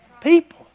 People